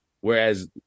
whereas